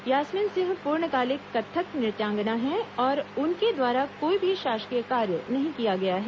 यास्मीन सिंह पूर्णकालिक कत्थक नृत्यांगना हैं और उनके द्वारा कोई भी शासकीय कार्य नहीं किया गया है